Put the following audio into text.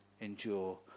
endure